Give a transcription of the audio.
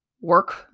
work